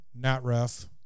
Natref